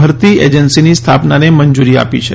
ભરતી એજન્સીની સ્થાપનાને મંજૂરી આપી છે